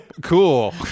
cool